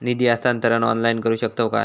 निधी हस्तांतरण ऑनलाइन करू शकतव काय?